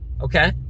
okay